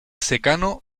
secano